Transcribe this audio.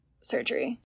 surgery